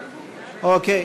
אוקיי.